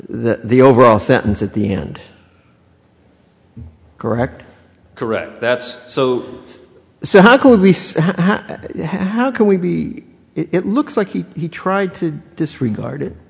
that the overall sentence at the end correct correct that's so so how could we say how can we be it looks like he tried to disregard